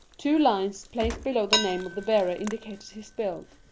two lines placed below the name of the bearer indicated his build.